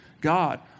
God